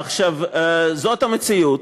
עכשיו, זאת המציאות.